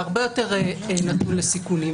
והרבה יותר נתון לסיכונים.